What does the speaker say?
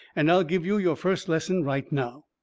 and i'll give you your first lesson right now.